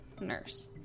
nurse